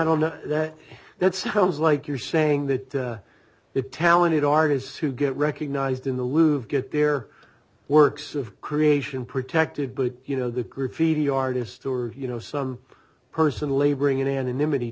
don't know that that sounds like you're saying that it talented artists who get recognized in the louve get their works of creation protected by you know the group feeding artists or you know some person laboring in anonymity